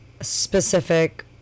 specific